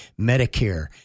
Medicare